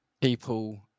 people